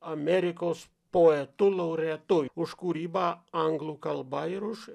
amerikos poetu laureatu už kūrybą anglų kalba ir už